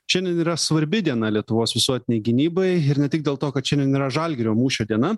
šiandien yra svarbi diena lietuvos visuotinei gynybai ir ne tik dėl to kad šiandien yra žalgirio mūšio diena